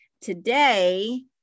Today